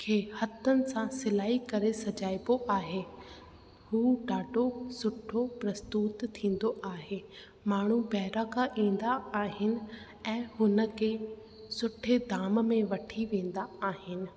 खे हथनि सां सिलाई करे सजाइबो आहे हू ॾाढो सुठो प्रस्तुत थींदो आहे माण्हू ॿाहिरां खां ईंदा आहिनि ऐं हुन खे सुठे दाम में वठी वेंदा आहिनि